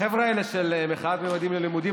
החבר'ה האלה של מחאת ממדים ללימודים,